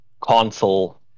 console